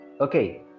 Okay